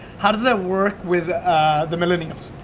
how does that work with the millennials?